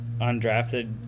undrafted